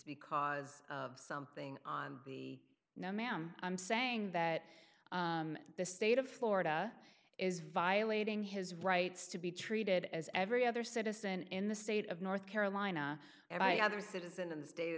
because of something on the no ma'am i'm saying that the state of florida is violating his rights to be treated as every other citizen in the state of north carolina and i other citizen in the state of